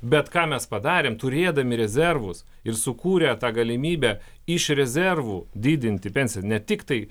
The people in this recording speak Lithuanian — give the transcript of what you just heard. bet ką mes padarėm turėdami rezervus ir sukūrė tą galimybę iš rezervų didinti pensijas ne tik tai